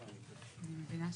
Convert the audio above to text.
כן.